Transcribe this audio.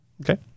okay